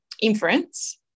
inference